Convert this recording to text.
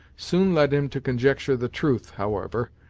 soon led him to conjecture the truth, however,